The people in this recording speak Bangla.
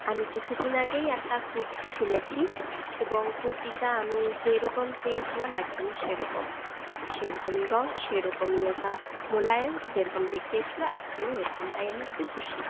আমি কিছুদিন আগেই একটা কুর্তি কিনেছি এবং কুর্তিটা আমি যেরকম চেয়েছিলাম একদমই সেরকম সেরকমই রং সেরকমই ওটা মোলায়েম যেরকম দেখিয়েছিলো একদমই ওরকম তাই আমি খুবই খুশি